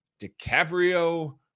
DiCaprio